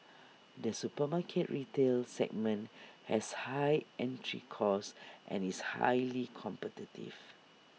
the supermarket retail segment has high entry costs and is highly competitive